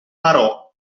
parò